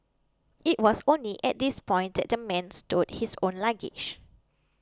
it was only at this point that the man stowed his own luggage